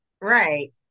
Right